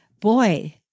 Boy